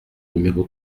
numéro